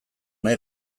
nahi